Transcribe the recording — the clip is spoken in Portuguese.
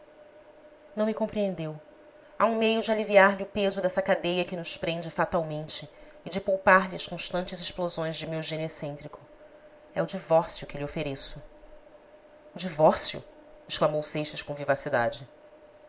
não me compreendeu há um meio de aliviar lhe o peso dessa cadeia que nos prende fatalmente e de poupar lhe as constantes explosões de meu gênio excêntrico é o divórcio que lhe ofereço o divórcio exclamou seixas com vivacidade